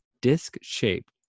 disc-shaped